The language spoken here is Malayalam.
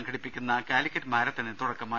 സംഘടിപ്പിക്കുന്ന കാലിക്കറ്റ് മാരത്ത ണിന് തുടക്കമായി